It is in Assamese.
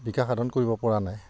বিকাশ সাধন কৰিব পৰা নাই